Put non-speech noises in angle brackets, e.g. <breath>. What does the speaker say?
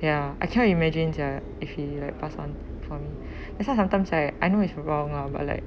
ya I can't imagine uh if he pass on from me <breath> that's why sometimes I I know it's wrong lah but like